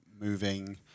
moving